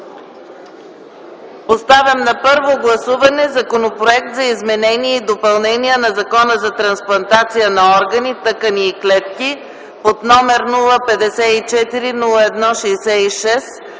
Поставям на първо гласуване Законопроекта за изменение и допълнение на Закона за трансплантация на органи, тъкани и клетки, № 054-01-66,